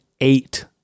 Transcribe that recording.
eight